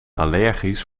allergisch